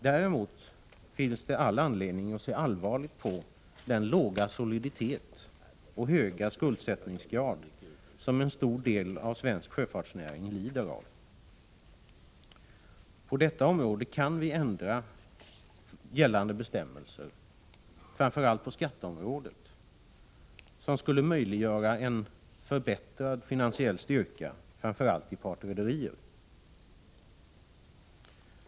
Däremot finns det all anledning att se allvarligt på den låga soliditet och höga skuldsättningsgrad som en stor del av svensk sjöfartsnäring lider av. På detta område kan vi ändra gällande bestämmelser, framför allt på skatteområdet, vilket skulle möjliggöra en förbättrad finansiell styrka — framför allt i partrederier.